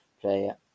player